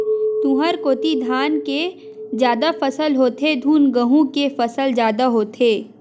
तुँहर कोती धान के जादा फसल होथे धुन गहूँ के फसल जादा होथे?